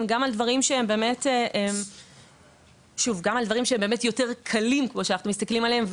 גם על דברים שהם באמת יותר קלים כמו שאנחנו מסתכלים עליהם,